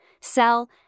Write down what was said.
sell